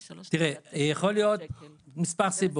תראה, יכולות להיות מספר סיבות.